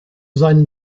seinen